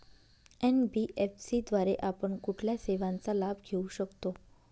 NBFC द्वारे आपण कुठल्या सेवांचा लाभ घेऊ शकतो?